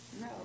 No